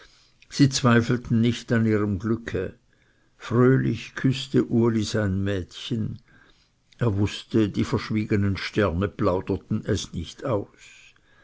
sie zweifelten nicht an ihrem glücke fröhlich küßte uli sein mädchen er wußte die verschwiegenen sterne plauderten es nicht aus